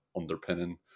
underpinning